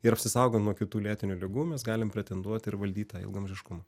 ir apsisaugoję nuo kitų lėtinių ligų mes galim pretenduoti ir valdyt tą ilgaamžiškumą